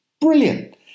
Brilliant